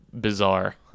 bizarre